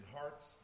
hearts